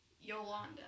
Yolanda